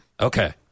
Okay